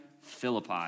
Philippi